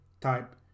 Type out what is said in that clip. type